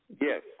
Yes